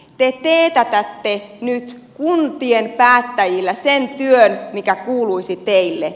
te teetätätte nyt kuntien päättäjillä sen työn mikä kuuluisi teille